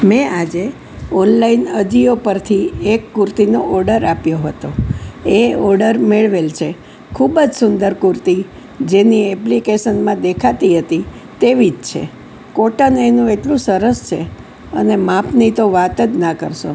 મેં આજે ઓનલાઇન અજીઓ પરથી એક કુર્તીનો ઓર્ડર આપ્યો હતો એ ઓર્ડર મેળવેલ છે ખૂબ જ સુંદર કુર્તી જેની એપ્લિકેશનમાં દેખાતી હતી તેવી જ છે કોટન એનું એટલું સરસ છે અને માપની તો વાત જ ના કરશો